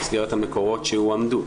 במסגרת המקורות שהועמדו.